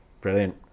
Brilliant